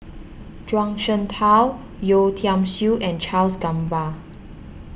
Zhuang Shengtao Yeo Tiam Siew and Charles Gamba